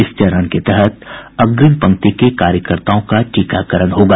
इस चरण के तहत अग्रिम पंक्ति के कार्यकर्ताओं का टीकाकरण होगा